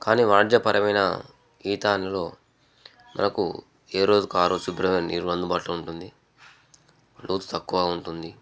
కానీ వాణిజ్యపరమైన ఈత అనులో మనకు ఏ రోజుకు ఆరోజు శుభ్రమైన నీరు అందుబాటులో ఉంటుంది లోతు తక్కువ ఉంటుంది